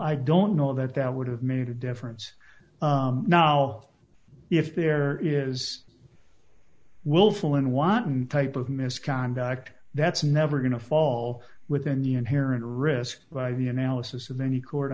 i don't know that that would have made a difference now if there is willful and wanton type of misconduct that's never going to fall within the inherent risk by the analysis of any court